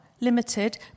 limited